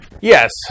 Yes